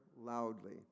loudly